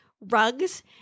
rugs